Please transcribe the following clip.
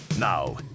Now